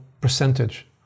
percentage